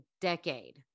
Decade